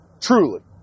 Truly